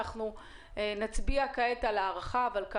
אנחנו נצביע כעת על הארכה, אבל אנחנו